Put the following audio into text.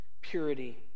purity